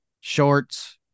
shorts